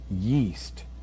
yeast